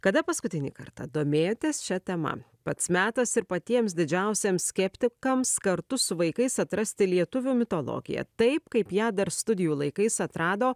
kada paskutinį kartą domėjotės šia tema pats metas ir patiems didžiausiems skeptikams kartu su vaikais atrasti lietuvių mitologiją taip kaip ją dar studijų laikais atrado